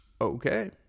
okay